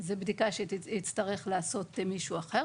זו בדיקה שיצטרך לעשות מישהו אחר.